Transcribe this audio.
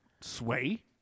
Sway